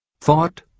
Thought